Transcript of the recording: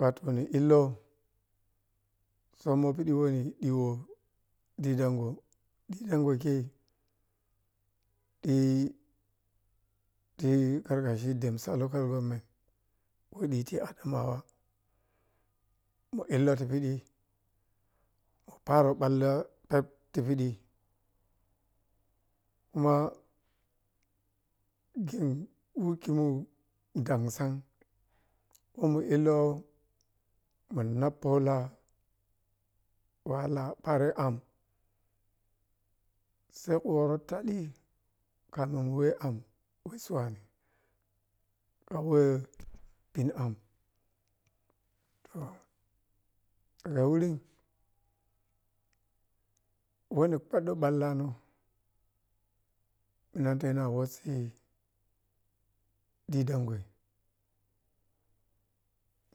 Wato ni illoh summoh piɗi woni ɗiwo di dango, didango khei ti karkashi dansa local government we ɗiti adamawa mu illoh ti piɗi mu paroh ɓalloh phep ti piɗi kuma gim wikhimu dansan kho mu illoh man napola wahala ɓare am sai khu woroh ta ɗi kamin weh am weh suwani kha weh bin am to daga wurin weh ni khoddo ɓalla neh natena na waso didango ye